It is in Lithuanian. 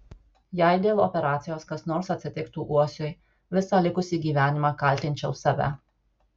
jei dėl operacijos kas nors atsitiktų uosiui visą likusį gyvenimą kaltinčiau save